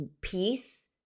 peace